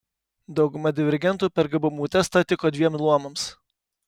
dauguma divergentų per gabumų testą tiko dviem luomams